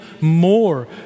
more